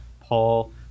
Paul